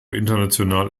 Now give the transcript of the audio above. international